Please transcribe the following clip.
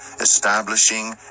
establishing